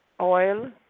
oil